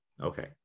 okay